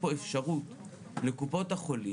פריפריה בקצב מהיר אם לא יתקנו את הדבר הזה.